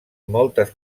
moltes